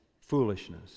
foolishness